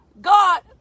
God